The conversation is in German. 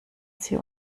sie